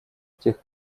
тех